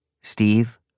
Steve